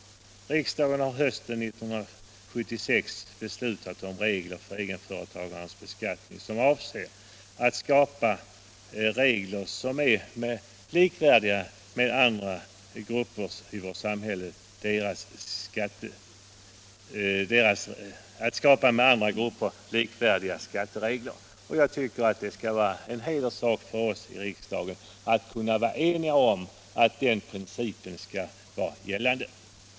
Riksdagen har hösten 1976 beslutat om regler för egenföretagares beskattning som skall ge dem med andra grupper i samhället likvärdiga förhållanden. Jag anser det vara en hederssak för oss i riksdagen att stå eniga om att den principen skall vara gällande.